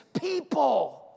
People